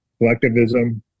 collectivism